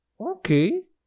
Okay